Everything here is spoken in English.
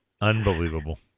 Unbelievable